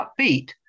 upbeat